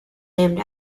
named